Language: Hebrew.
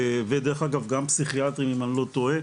ודרך אגב גם פסיכיאטרים אם אני לא טועה,